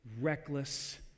reckless